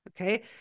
okay